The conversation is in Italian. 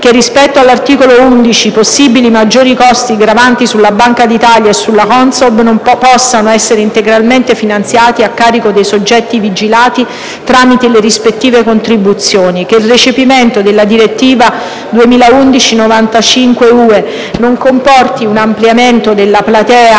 che, rispetto all'articolo 11, i possibili maggiori costi gravanti sulla Banca d'Italia e sulla CONSOB possano essere integralmente finanziati a carico dei soggetti vigilati tramite le rispettive contribuzioni; - che il recepimento della direttiva 2011/95/UE non comporti un ampliamento della platea